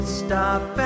stop